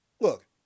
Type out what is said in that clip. Look